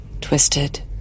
twisted